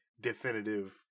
definitive